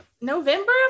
november